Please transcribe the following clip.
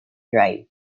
drive